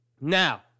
Now